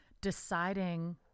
deciding